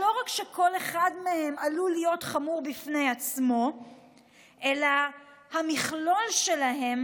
שלא רק שכל אחד מהם עלול להיות חמור בפני עצמו אלא המכלול שלהם